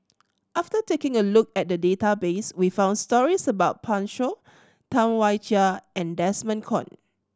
after taking a look at the database we found stories about Pan Shou Tam Wai Jia and Desmond Kon